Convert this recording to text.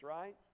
right